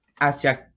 hacia